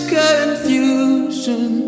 confusion